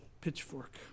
pitchfork